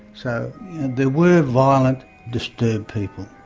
so there were violent disturbed people.